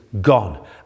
gone